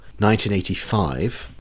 1985